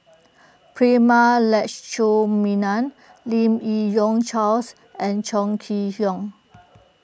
Prema Letchumanan Lim Yi Yong Charles and Chong Kee Hiong